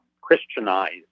Christianized